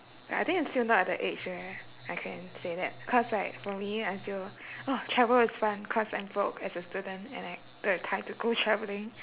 ya I think I'm still not at the age where I can say that cause like for me I feel !wah! travel is fun cause I'm broke as a student and I don't have time to go travelling